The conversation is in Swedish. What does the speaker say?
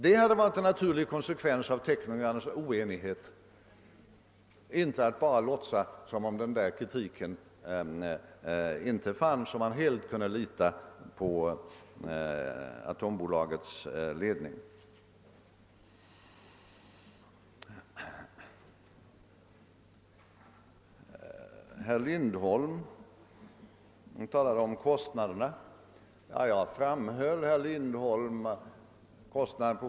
Det hade varit en naturlig konsekvens av teknikernas oenighet — inte att bara låtsa som om denna kritik inte fanns och man helt kunde lita på Atombolagets ledning. Herr Lindholm talade om kostnaderna på 700—800 1tniljoner 'kronor.